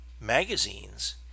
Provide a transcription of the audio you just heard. magazines